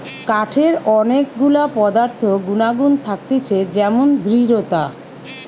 কাঠের অনেক গুলা পদার্থ গুনাগুন থাকতিছে যেমন দৃঢ়তা